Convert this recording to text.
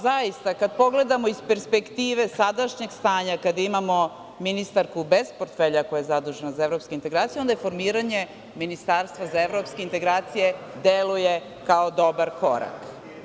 Zaista, kada pogledamo iz perspektive sadašnjeg stanja, kada imamo ministarku bez portfelja koja je zadužena za evropske integracije, onda formiranje ministarstva za evropske integracije deluje kao dobar korak.